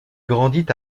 grandit